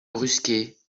brusquets